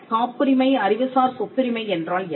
காப்புரிமை அறிவுசார் சொத்துரிமை என்றால் என்ன